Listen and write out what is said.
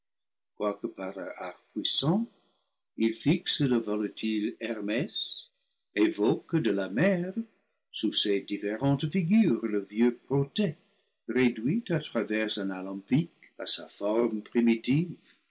puissant ils fixent le volatil hermès évoquent de la mer sous ses différentes figures le vieux protée réduit à travers un alambic à sa forme primitive